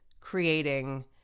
creating